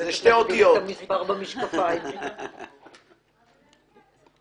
יש לו ערכים מאוד עמוקים בעם ישראל אבותינו היו רועי צאן.